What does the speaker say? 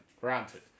Granted